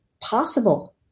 possible